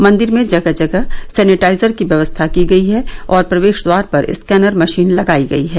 मंदिर में जगह जगह सैनिटाइजर की व्यवस्था की गयी है और प्रवेश द्वार पर स्कैनर मशीन लगायी गयी है